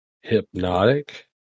Hypnotic